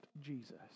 Jesus